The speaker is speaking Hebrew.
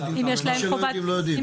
מה שהם לא יודעים הם לא יודעים.